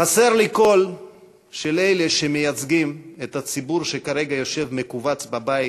חסר לי קול של אלה שמייצגים את הציבור שכרגע יושב מכווץ בבית,